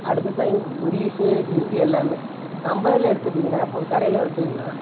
அடுத்ததுதான் இந் இங்கிலிஷ் ஹிந்தி எல்லாமே நம்ம இதில் எடுத்துகிட்டிங்கனா இப்போ ஒரு கடையில் எடுத்திங்கனா